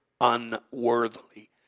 unworthily